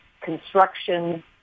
construction